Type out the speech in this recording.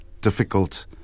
difficult